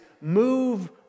move